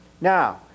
Now